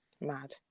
Mad